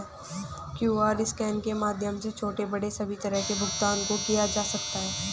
QR scan के माध्यम से छोटे बड़े सभी तरह के भुगतान को किया जा सकता है